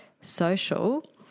social